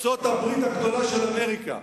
ארצות-הברית הגדולה של אמריקה,